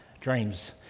Dreams